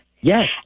Yes